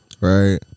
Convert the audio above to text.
Right